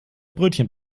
brötchen